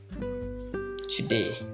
today